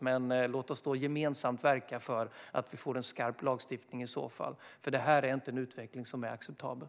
Men låt oss i så fall gemensamt verka för att vi får en skarp lagstiftning, för det här är inte en utveckling som är acceptabel.